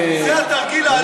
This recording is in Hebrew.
זה התרגיל העלוב ביותר.